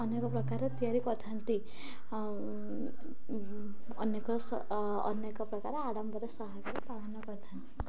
ଅନେକ ପ୍ରକାର ତିଆରି କରିଥାନ୍ତି ଅନେକ ଅନେକ ପ୍ରକାର ଆଡ଼ମ୍ବର ସହାକରେ ପାଳନ କରିଥାନ୍ତି